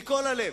מכל הלב,